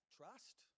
trust